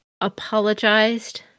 apologized